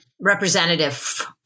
representative